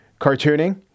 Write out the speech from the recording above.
cartooning